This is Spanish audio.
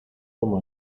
como